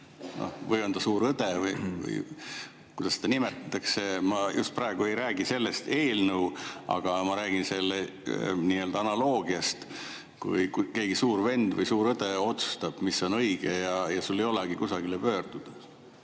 või suur õde või kuidas seda nimetatakse – ma praegu ei räägi sellest eelnõust, aga ma räägin selle analoogiast –, keegi suur vend või suur õde otsustab, mis on õige, ja sul ei olegi kusagile pöörduda.